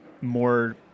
more